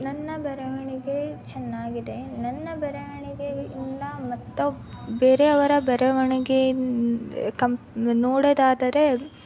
ನನ್ನ ಬರವಣಿಗೆ ಚೆನ್ನಾಗಿದೆ ನನ್ನ ಬರವಣಿಗೆಯಿಂದ ಮತ್ತೋ ಬೇರೆಯವರ ಬರವಣಿಗೆಯಿಂದ ಕಂ ನೋಡೋದಾದರೆ